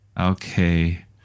Okay